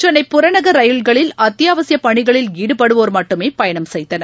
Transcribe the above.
சென்னை புறநகர் ரயில்களில் அத்தியாவசியப் பணிகளில் ஈடுபடுவோர் மட்டுமேபயணம் செய்தனர்